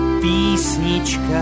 písnička